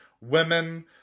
women